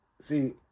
see